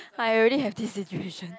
I already have this situation